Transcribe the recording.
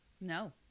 No